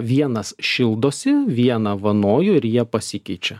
vienas šildosi vieną vanoju ir jie pasikeičia